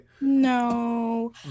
No